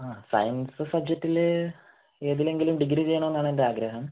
ആ സയൻസ് സബ്ജെക്ടിൽ ഏതിലെങ്കിലും ഡിഗ്രി ചെയ്യണം എന്നാണ് എൻ്റെ ആഗ്രഹം